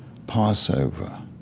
passover,